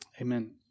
Amen